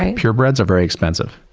purebreds are very expensive.